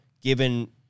given